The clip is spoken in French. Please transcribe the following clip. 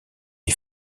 est